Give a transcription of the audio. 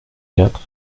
quatre